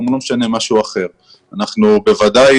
אנחנו בוודאי